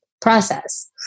process